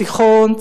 תיכון,